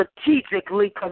strategically